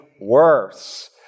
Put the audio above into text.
worse